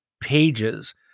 pages